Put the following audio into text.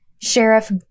Sheriff